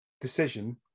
decision